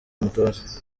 mutoza